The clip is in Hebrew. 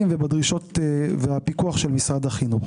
ובדרישות ובפיקוח של משרד החינוך.